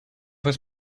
was